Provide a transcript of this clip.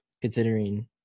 considering